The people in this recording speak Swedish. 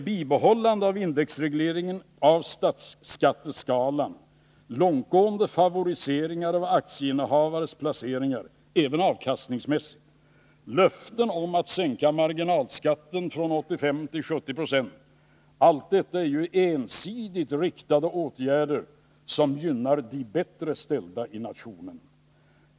Bibehållande av indexregleringen av statsskatteskalan, långtgående favorisering av aktieinnehavares placeringar — även vad gäller avkastningen —, löften om att sänka marginalskatten från 85 till 70 96, allt detta är ensidigt riktade åtgärder som gynnar de bättre ställda i nationen.